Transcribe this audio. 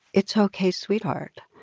it's okay, sweetheart.